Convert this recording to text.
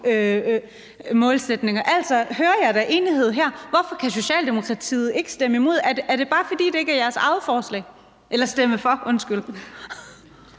målsætninger. Hører jeg, der er enighed her? Hvorfor kan Socialdemokratiet ikke stemme for – er det bare, fordi det ikke er jeres eget forslag? Kl. 16:38 Tredje